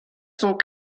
sont